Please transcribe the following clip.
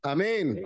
Amen